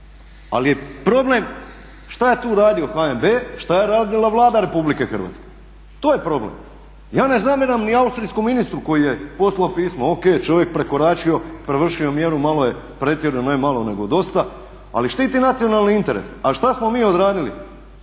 Ali je problem šta je tu radio HNB, šta je radila Vlada Republike Hrvatske, to je problem. Ja ne zamjeram ni austrijskom ministru koji je poslao pismo. Ok, čovjek prekoračio, prevršio mjeru, malo je pretjerao, ne malo nego dosta ali štiti nacionalne interese. A šta smo mi odradili?